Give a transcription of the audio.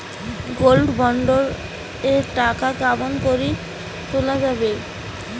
Gold bond এর টাকা কেমন করি তুলা যাবে?